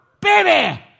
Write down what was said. Baby